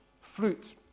fruit